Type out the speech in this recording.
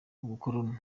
ubukoloni